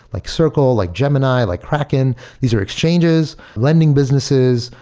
like circle, like gemini, like kraken. these are exchanges, lending businesses,